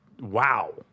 Wow